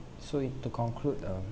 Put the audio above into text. so if to conclude um